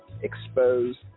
Exposed